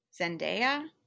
Zendaya